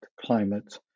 climate